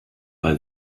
bei